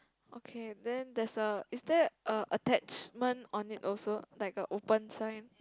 okay then there's a is there a attachment on it also like a open sign